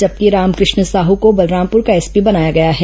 जबकि रामकृष्ण साहू को बलरामपुर का एसपी बनाया गया है